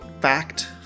fact